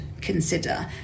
consider